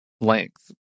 length